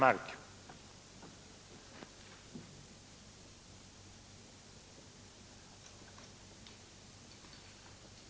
byggande åtgärder vid biltävlingar